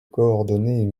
coordonner